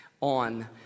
on